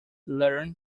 learn